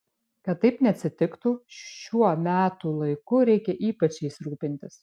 kad taip neatsitiktų šiuo metų laiku reikia ypač jais rūpintis